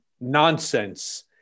nonsense